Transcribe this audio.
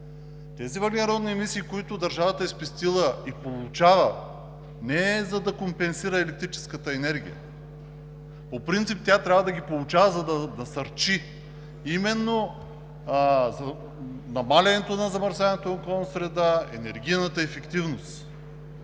Тези въглеродни емисии, които държавата е спестила и получава, не са, за да компенсира електрическата енергия. По принцип тя трябва да ги получава, за да насърчи именно намаляване на замърсяването на околната среда и енергийната ефективност.